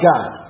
God